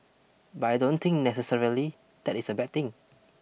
but I don't think necessarily that is a bad thing